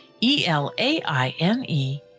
E-L-A-I-N-E